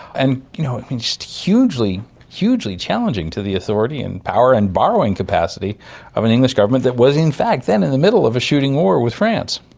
and you know it was hugely hugely challenging to the authority and power and borrowing capacity of an english government that was in fact then in the middle of a shooting war with france.